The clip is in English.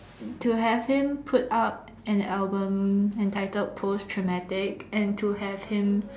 to have him put out an album entitled Post Traumatic and to have him